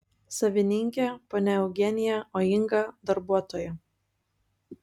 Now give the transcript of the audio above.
savininkė ponia eugenija o inga darbuotoja